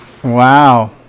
Wow